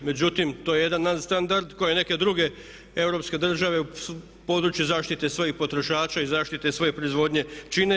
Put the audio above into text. Međutim, to je jedan nadstandard koji neke druge europske države u području zaštite svojih potrošača i zaštite svoje proizvodnje čine.